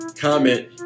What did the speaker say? comment